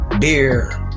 beer